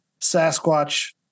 Sasquatch